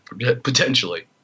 potentially